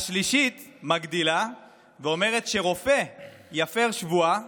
השלישית מגדילה ואומרת שרופא יפר שבועה,